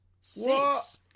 six